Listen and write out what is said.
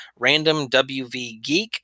randomwvgeek